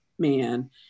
man